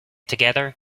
together